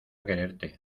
quererte